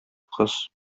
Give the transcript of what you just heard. кыз